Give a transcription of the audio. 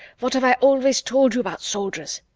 what have i always told you about soldiers?